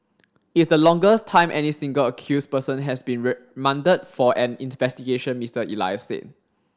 it is the longest time any single accused person has been remanded for an investigation Mr Elias said